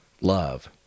love